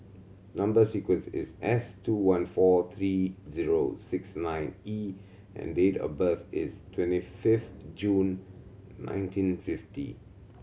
number sequence is S two one four three zero six nine E and date of birth is twenty fifth June nineteen fifty